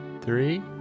three